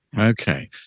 Okay